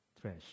trash